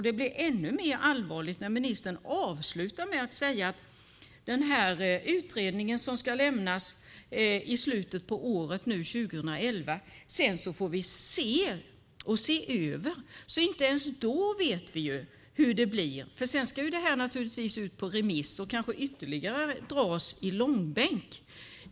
Det blir ännu mer allvarligt när ministern avslutar med att säga att den här utredningen ska lämnas i slutet av 2011 och att vi sedan får se. Inte ens då vet vi alltså hur det blir. För sedan ska det här naturligtvis ut på remiss och kanske dras i ytterligare långbänk.